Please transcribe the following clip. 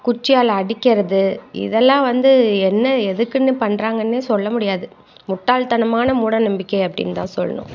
குச்சியால் அடிக்கிறது இதெல்லாம் வந்து என்ன எதுக்குன்னு பண்ணுறாங்கனே சொல்ல முடியாது முட்டாள்தனமான மூட நம்பிக்கை அப்படினுதான் சொல்லணும்